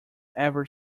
ever